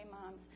moms